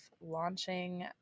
launching